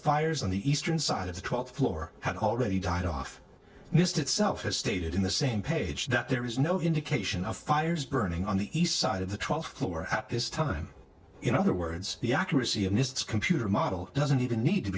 fires on the eastern side of the twelfth floor had already died off nist itself has stated in the same page that there is no indication of fires burning on the east side of the twelfth floor at this time in other words the accuracy of mr computer model doesn't even need to